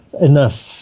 enough